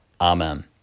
Amen